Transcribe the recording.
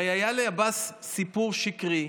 הרי היה לעבאס סיפור שקרי,